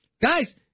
Guys